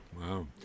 Wow